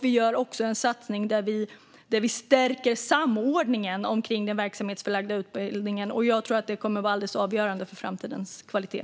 Vi gör också en satsning där vi stärker samordningen av den verksamhetsförlagda utbildningen. Jag tror att det kommer att vara alldeles avgörande för framtidens kvalitet.